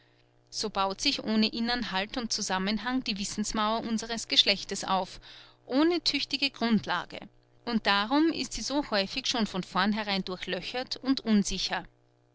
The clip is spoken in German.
so baut sich ohne inneren halt und zusammenhang die wissensmauer unseres geschlechtes auf ohne tüchtige grundlage und darum ist sie so häufig schon von vornherein durchlöchert und unsicher